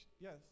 Yes